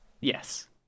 Yes